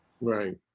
Right